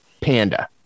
panda